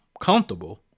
comfortable